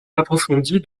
approfondies